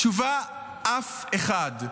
תשובה: אף אחד.